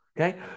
Okay